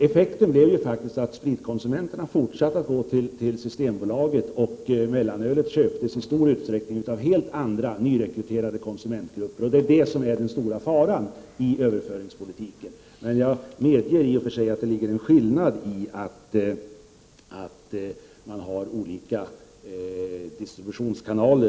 Effekten blev att spritkonsumenterna fortsatte att gå till Systembolaget, och mellanölet köptes i stor utsträckning av helt andra, nyrekryterade konsumentgrupper. Det är det som är den stora faran i överföringspolitiken. Jag medger i och för sig att det ligger en skillnad i att man har olika distributionskanaler.